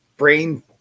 brain